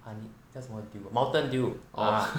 honey 叫什么 dew mountain dew ah